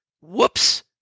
whoops